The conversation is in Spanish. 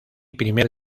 primer